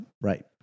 Right